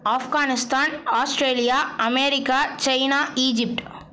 Afghanistan Australia America China Egypt